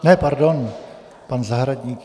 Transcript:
Ne, pardon. Pan Jan Zahradník.